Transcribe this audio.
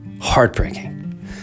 Heartbreaking